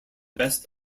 best